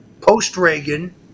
post-Reagan